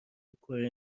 کره